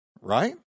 Right